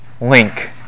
link